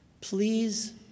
Please